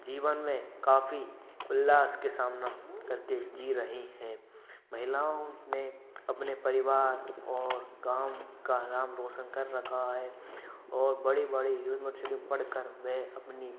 जीवन में काफ़ी उल्लास का सामना करके जी रही हैं महिलाओं ने अपने परिवार और गाँव का नाम रोशन कर रखा है और बड़ी बड़ी यूनिवर्सिटी में पढ़कर वह अपनी